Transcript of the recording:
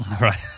right